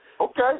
Okay